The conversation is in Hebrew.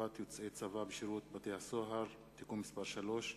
יוצאי צבא בשירות בתי-הסוהר) (תיקון מס' 3),